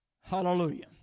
Hallelujah